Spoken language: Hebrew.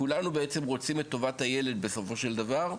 כולנו בעצם רוצים את טובת הילד בסופו של דבר,